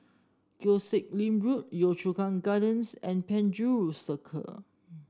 Koh Sek Lim Road Yio Chu Kang Gardens and Penjuru Circle